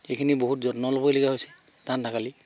সেইখিনি বহুত যত্ন ল'বলগীয়া হৈছে ঠাণ্ডাকালি